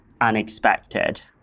unexpected